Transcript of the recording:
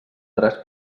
tres